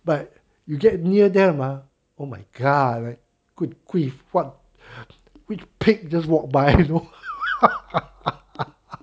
but you get near them uh oh my god like gui gui what we pig just walk by you know